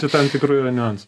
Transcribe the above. čia tam tikrų yra niuansų